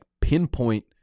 pinpoint